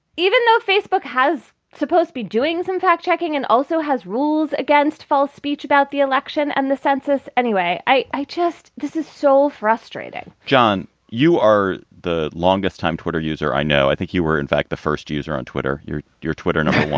even though facebook has supposed be doing some fact checking and also has rules against false speech about the election and the census anyway, i i just this is so frustrating john, you are the longest time twitter user i know. i think you were, in fact, the first user on twitter. you're your twitter number.